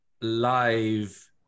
live